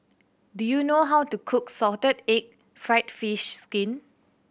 do you know how to cook salted egg fried fish skin